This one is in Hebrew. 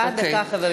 איך אתה מצביע?